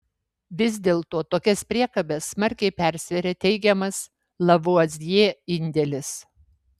vis dėlto tokias priekabes smarkiai persveria teigiamas lavuazjė indėlis